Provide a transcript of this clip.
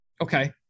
okay